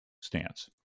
stance